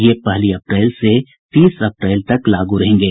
ये पहली अप्रैल से तीस अप्रैल तक लागू रहेंगे